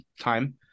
time